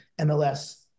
MLS